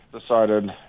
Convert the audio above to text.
decided